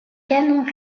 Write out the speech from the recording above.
canon